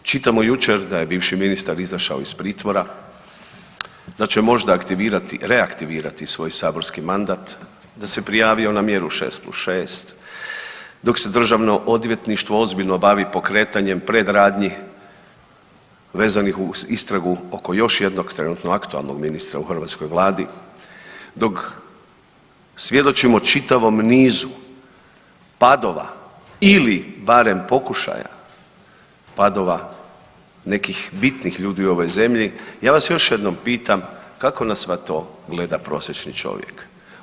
Dok čitamo jučer da je bivši ministar izašao iz pritvora, da će možda aktivirati, reaktivirati svoj saborski mandat, da se prijavio na mjeru 6+6, dok se državno odvjetništvo ozbiljno bavi pokretanjem predradnji vezanih uz istragu oko još jednog trenutno aktualnog ministra u hrvatskoj vladi, dok svjedočimo čitavom nizu padova ili barem pokušaja padova nekih bitnih ljudi u ovoj zemlji, ja vas još jednom pitam, kako na sve to gleda prosječni čovjek?